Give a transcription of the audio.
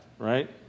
right